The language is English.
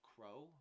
Crow